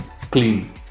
clean